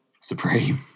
Supreme